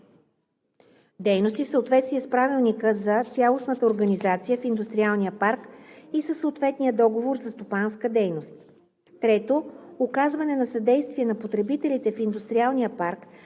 дейности в съответствие с правилника за цялостната организация в индустриалния парк и със съответния договор за стопанска дейност; 3. оказване на съдействие на потребителите в индустриалния парк